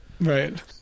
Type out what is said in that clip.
Right